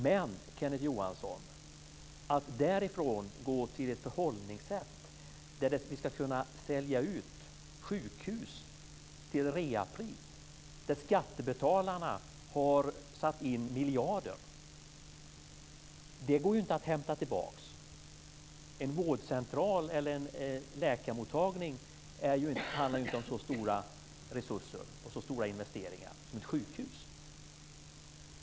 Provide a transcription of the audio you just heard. Men, Kenneth Johansson, därifrån går vi inte till ett förhållningssätt som innebär att man säljer ut sjukhus till reapris där skattebetalarna har satt in miljarder. Det går ju inte att hämta tillbaka. En läkarmottagning handlar inte om så stora resurser och så stora investeringar som ett sjukhus.